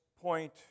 point